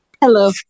Hello